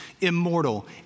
immortal